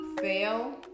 fail